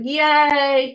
yay